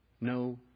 no